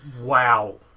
Wow